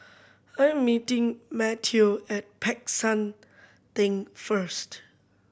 I'm meeting Mateo at Peck San Theng first